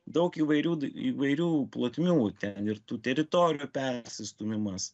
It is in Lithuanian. daug įvairių įvairių plotmių ten ir tų teritorijų persistūmimas